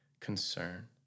concern